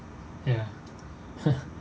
ya